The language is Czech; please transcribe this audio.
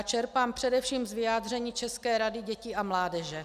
Čerpám především z vyjádření České rady dětí a mládeže.